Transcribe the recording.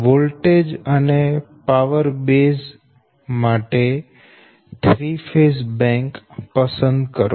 voltage અને power base માટે 3 phase bank પસંદ કરો